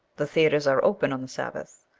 the theatres are open on the sabbath.